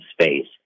space